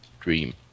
dream